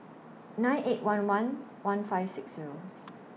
nine eight one one one five six Zero